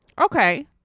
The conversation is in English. Okay